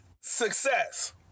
success